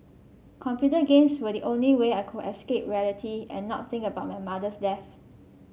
computer games were the only way I could escape reality and not think about my mother's death